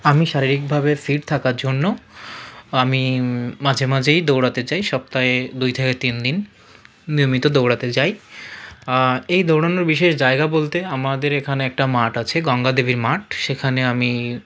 আমি শারীরিকভাবে ফিট থাকার জন্য আমি মাঝে মাঝেই দৌড়তে যাই সপ্তাহে দুই থেকে তিন দিন নিয়মিত দৌড়তে যাই এই দৌড়নোর বিশেষ জায়গা বলতে আমাদের এখানে একটা মাঠ আছে গঙ্গা দেবীর মাঠ সেখানে আমি